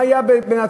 מה היה בנצרת,